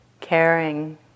caring